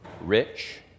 rich